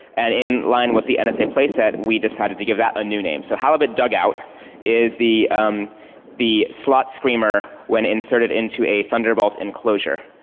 and in line with the and nsa playset, we decided to give that a new name. so halibutdugout is the the slotscreamer when inserted into a thunderbolt enclosure.